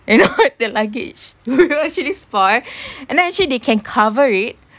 you know the luggage wheel actually spoil and then actually they can cover it